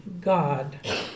God